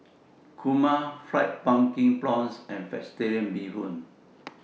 Kurma Fried Pumpkin Prawns and Vegetarian Bee Hoon